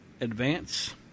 advance